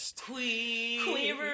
Queer